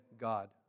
God